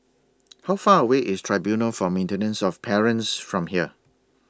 How Far away IS Tribunal For Maintenance of Parents from here